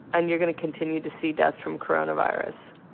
and you're going to continue to see deaths from coronavirus.